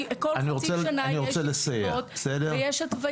חצי שנה יש --- באמת,